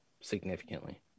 significantly